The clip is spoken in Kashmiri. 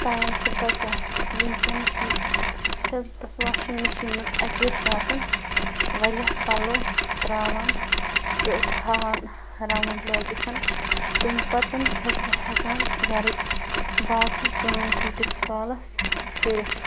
ٹایِم چھِ بچان وٕنۍکٮ۪نَس چھَس بہٕ تَتھ واشِنٛگ مشیٖن منٛز اَکے ساتہٕ واریاہ پَلَو ترٛاوان تہٕ تھاوان راوُنٛڈ لٲگِتھ تَمہِ پَتہٕ چھَس بہٕ ہٮ۪کان گَرٕچ باقٕے کٲم تِیٖتِس کالَس کٔرِتھ